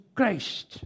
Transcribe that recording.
Christ